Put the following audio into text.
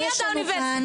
יעיפו אותי מהאוניברסיטה.